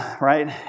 right